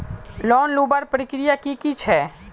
Loan लुबार प्रक्रिया की की छे?